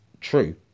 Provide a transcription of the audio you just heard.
true